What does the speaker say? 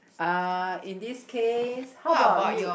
uh in this case how bout you